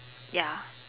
ya